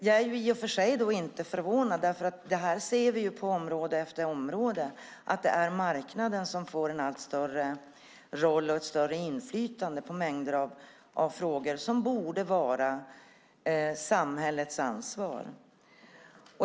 Jag är i och för sig inte förvånad, för vi ser ju på område efter område att det är marknaden som får en allt större roll och ett större inflytande på mängder av frågor som borde vara samhällets ansvar.